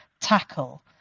tackle